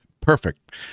Perfect